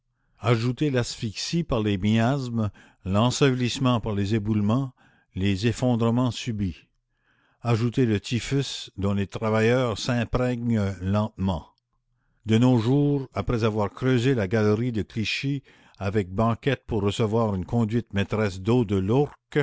ajoutez l'asphyxie par les miasmes l'ensevelissement par les éboulements les effondrements subits ajoutez le typhus dont les travailleurs s'imprègnent lentement de nos jours après avoir creusé la galerie de clichy avec banquette pour recevoir une conduite maîtresse d'eau de